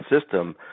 system